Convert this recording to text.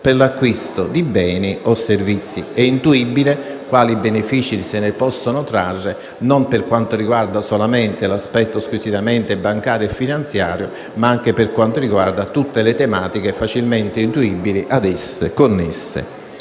per l'acquisto di beni o servizi. È intuibile quali benefici se ne possano trarre, non solamente per quanto riguarda l'aspetto squisitamente bancario e finanziario, ma anche per quanto riguarda tutte le tematiche, facilmente immaginabili, ad esse connesse.